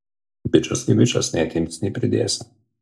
bičas kaip bičas nei atimsi nei pridėsi